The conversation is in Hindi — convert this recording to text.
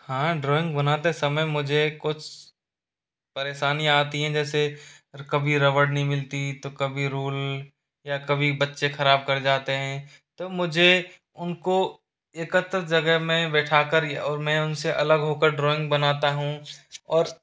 हाँ ड्राइंग बनाते समय मुझे कुछ परेशानी आती है जैसे कभी रबड़ नहीं मिलती तो कभी रूल या कभी बच्चे खराब कर जाते हैं तो मुझे उनको एकत्र जगह में बैठाकर और मैं उनसे अलग होकर ड्राइंग बनाता हूँ और